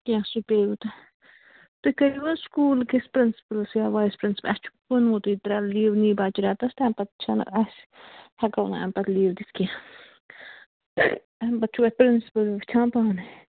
کیٚنٛہہ سُہ تُہۍ کٔرِو حظ سُکوٗل کِس پرنسِپٕلس یا وایِس پرنس اَسہِ چھُکُھ ووٚنمُتٕے ترٛےٚ لیٖوٕ نی بچہٕ رٮ۪تس تانۍ پتہٕ چھِنہٕ اَسہِ ہٮ۪کو نہٕ اَمہِ پت لیٖو دِتھ کیٚنٛہہ اَمہِ پت چھُو اَسہِ پرنٛسِپٕلس وٕچھان پاںَے